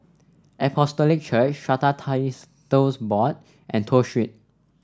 Apostolic Church Strata Board and Toh Street